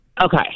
Okay